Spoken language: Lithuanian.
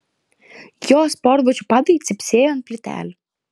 jos sportbačių padai cypsėjo ant plytelių